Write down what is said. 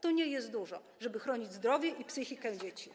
To nie jest dużo - chronić zdrowie i psychikę dzieci.